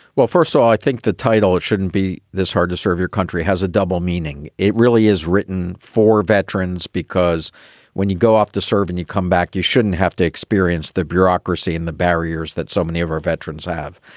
well, first of so all, i think the title it shouldn't be this hard to serve your country has a double meaning. it really is written for veterans, because when you go off to serve and you come back, you shouldn't have to experience the bureaucracy and the barriers that so many of our veterans have.